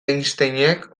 einsteinek